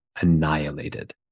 annihilated